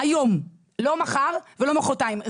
היום, לא מחר ולא מחרתיים.